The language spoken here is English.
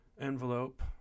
envelope